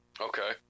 Okay